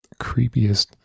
creepiest